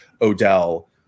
Odell